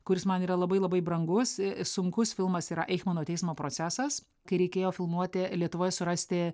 kuris man yra labai labai brangus sunkus filmas yra eichmano teismo procesas kai reikėjo filmuoti lietuvoje surasti